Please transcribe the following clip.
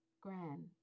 Gran